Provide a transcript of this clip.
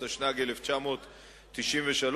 התשנ"ג 1993,